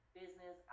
business